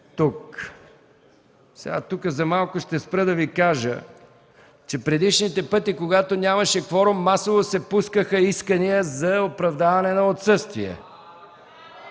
Тук ще спра за малко, за да Ви кажа, че предишните пъти, когато нямаше кворум, масово се пускаха искания за оправдаване на отсъствия.